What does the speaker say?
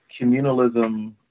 communalism